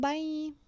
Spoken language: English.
Bye